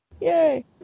Yay